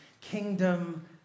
Kingdom